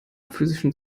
physischen